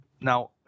Now